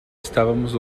estávamos